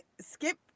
skip